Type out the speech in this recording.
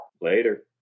Later